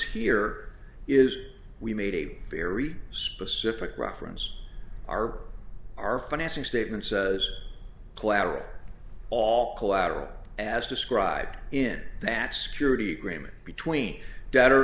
here is we made a very specific reference are our financing statements collateral all collateral as described in that security agreement between debtor